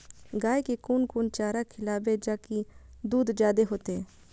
गाय के कोन कोन चारा खिलाबे जा की दूध जादे होते?